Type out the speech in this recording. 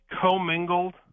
co-mingled